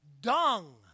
Dung